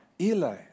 Eli